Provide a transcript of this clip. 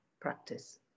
practice